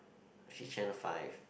she channel five